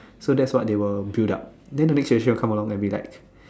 so that's what they will built up then the next generation will come out longer and be like